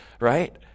Right